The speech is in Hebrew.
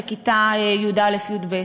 בכיתות י"א י"ב,